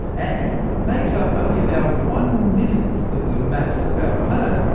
and makes up only about one-millionth of the mass of our planet,